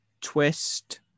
twist